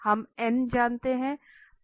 हम जानते हैं